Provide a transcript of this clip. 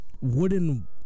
wooden